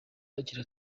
agira